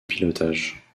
pilotage